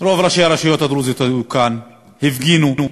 רוב ראשי הרשויות הדרוזיות היו כאן, הפגינו,